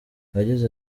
yagize